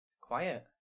quiet